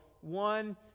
one